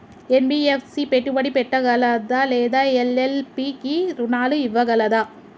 NBFC పెట్టుబడి పెట్టగలదా లేదా ఎల్.ఎల్.పి కి రుణాలు ఇవ్వగలదా?